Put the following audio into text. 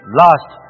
last